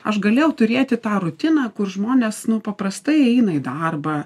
aš galėjau turėti tą rutiną kur žmonės paprastai eina į darbą